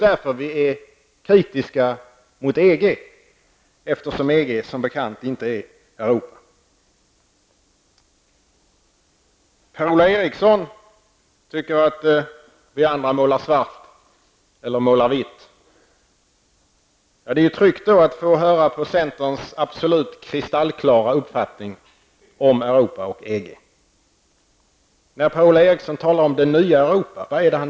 Därför är vi kritiska mot EG. EG är som bekant inte Europa. Per-Ola Eriksson tycker att vi andra målar svart eller vitt. Det är då tryggt att få höra centerns kristallklara uppfattning om Europa och EG. Vad menar Per-Ola Eriksson när han talar om det nya Europa?